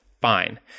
fine